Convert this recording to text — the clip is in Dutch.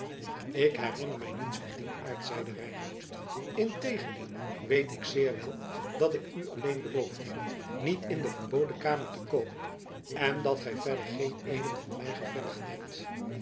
ik herinner mij niets van dien aard zeide reinout integendeel weet ik zeer wel dat ik u alleen beloofd heb niet in de verboden kamer te komen en dat gij verder geen eeden van mij gevergd hebt